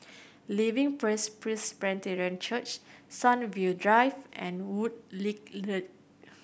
Living Praise Presbyterian Church Sunview Drive and Woodleigh Link